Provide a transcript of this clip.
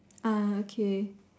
ah okay